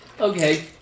Okay